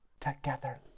together